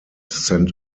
sent